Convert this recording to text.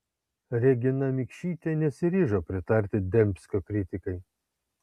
regina mikšytė nesiryžo pritarti dembskio kritikai